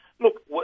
Look